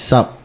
up